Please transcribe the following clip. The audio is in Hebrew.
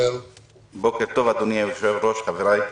בוקר טוב, אדוני היושב-ראש, חבריי.